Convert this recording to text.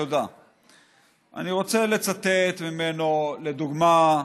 רוצה לצטט ממנו, לדוגמה,